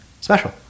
special